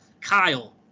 Kyle